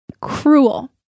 Cruel